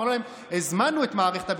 אמרנו להם: הזמנו את מערכת הביטחון,